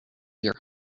your